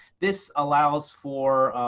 this allows for,